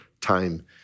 time